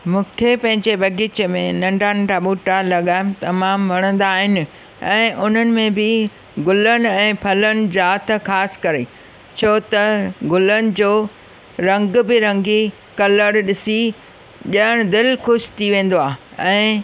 मूंखे पंहिंजे बगीचे में नंढा नंढा बूटा लॻाइमि तमामु वणंदा आहिनि हुननि में बि गुलनि ऐं फलनि जा त ख़ासि करे छो त गुलनि जो रंग बिरंगी कलर ॾिसी ॼणु दिलि ख़ुशि थी वेंदो आहे ऐं